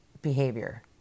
behavior